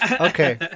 Okay